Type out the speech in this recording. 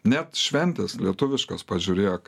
net šventės lietuviškos pažiūrėk